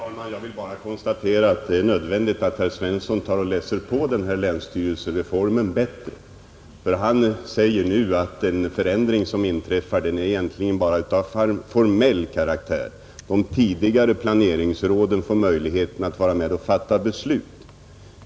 Herr talman! Jag vill bara konstatera att det är nödvändigt att herr Svensson i Malmö läser på länsstyrelsereformen bättre. Han sade nu att den förändring som inträffar egentligen bara är av formell karaktär; de tidigare planeringsråden får möjlighet att vara med och fatta beslut.